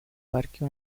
parque